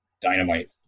dynamite